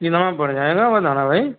یہ مہنگا پڑجائے گا بناتا بھائی